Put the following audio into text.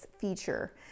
feature